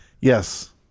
yes